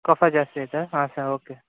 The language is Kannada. ಕಫ ಜಾಸ್ತಿ ಆಯಿತಾ ಹಾಂ ಸರ್ ಓಕೆ